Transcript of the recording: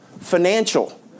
financial